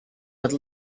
would